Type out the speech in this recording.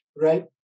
right